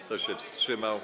Kto się wstrzymał?